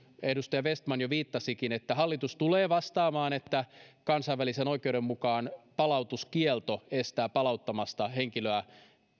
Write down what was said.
edustaja vestman jo viittasikin hallitus tulee vastaamaan että kansainvälisen oikeuden mukaan palautuskielto estää palauttamasta henkilöä